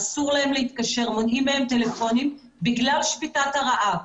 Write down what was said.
אסור להם להתקשר ומונעים מהם טלפונים בגלל שביתת הרעב.